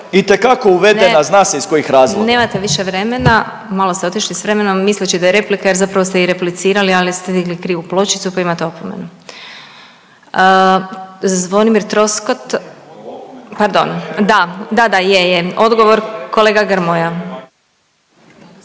… itekako uvedena zna se iz kojih razloga. **Glasovac, Sabina (SDP)** Nemate više vremena. Malo ste otišli s vremenom misleći da je replika, jer zapravo ste i replicirali, ali ste digli krivu pločicu pa imate opomenu. Zvonimir Troskot, pardon. Da, da, je, je. Odgovor kolega Grmoja.